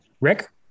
rick